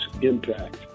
impact